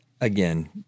again